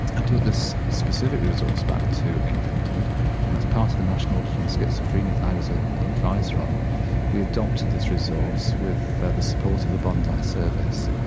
i took this specific resource back to england and and as part of a national audit on schizophrenia that i was ah an adviser on we adopted this resource, with the support of the bondi service.